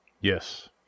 Yes